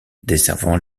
desservant